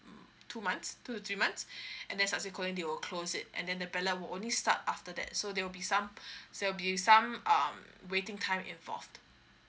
two months two to three months and then subsequently they will close it and then the ballot will only start after that so there will be some there will be some um waiting time involved